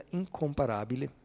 incomparabile